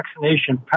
vaccination